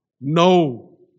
No